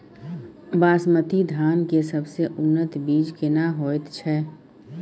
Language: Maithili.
बासमती धान के सबसे उन्नत बीज केना होयत छै?